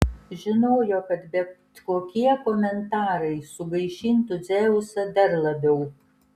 žinojo kad bet kokie komentarai sugaišintų dzeusą dar labiau